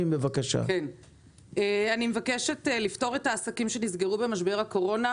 אני מבקשת לפטור את העסקים שנסגרו במשבר הקורונה,